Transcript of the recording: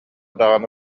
даҕаны